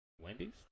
Wendy's